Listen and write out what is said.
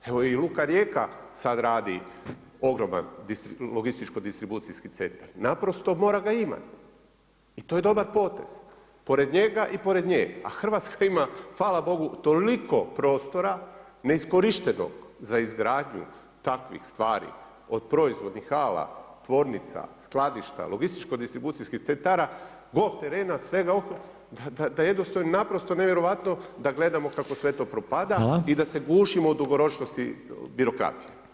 Evo i luka Rijeka sad radi ogroman logističko-distribucijski centar, naprosto mora ga imati i to je dobar potez pored njega i pored nje, a Hrvatska ima hvala Bogu toliko prostora neiskorištenog za izgradnju takvih stvari od proizvodnih hala, tvornica, skladišta, logističko-distribucijskih centara, golf terena, svega ostalog da je jednostavno naprosto nevjerojatno da gledamo kako sve to propada [[Upadica Reiner: Hvala.]] i da se gušimo u dugoročnosti birokracije.